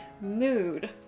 mood